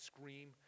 scream